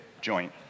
joint